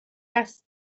است